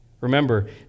Remember